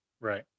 right